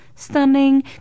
Stunning